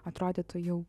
atrodytų jau